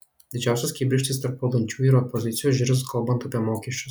didžiausios kibirkštys tarp valdančiųjų ir opozicijos žirs kalbant apie mokesčius